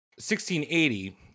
1680